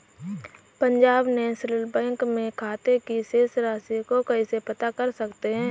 Punjab National Bank में खाते की शेष राशि को कैसे पता कर सकते हैं?